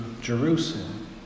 Jerusalem